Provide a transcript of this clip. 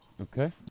Okay